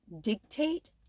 dictate